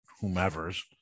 whomever's